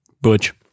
Butch